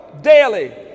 daily